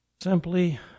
Simply